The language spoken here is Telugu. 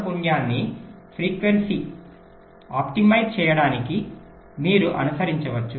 పున్యాన్ని ఆప్టిమైజ్ చేయడానికి మీరు అనుసరించవచ్చు